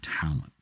talent